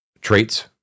Traits